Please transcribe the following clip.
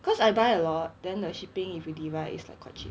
cause I buy a lot then the shipping if you divide is like quite cheap